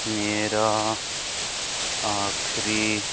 ਮੇਰਾ ਆਖਰੀ